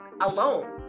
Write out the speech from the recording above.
alone